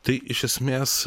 tai iš esmės